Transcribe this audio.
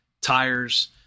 tires